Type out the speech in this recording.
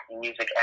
music